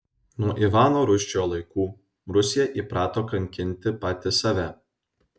nuo ivano rūsčiojo laikų rusija įprato kankinti pati save